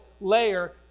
layer